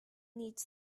needs